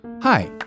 Hi